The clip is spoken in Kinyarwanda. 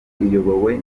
iyobowe